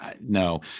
No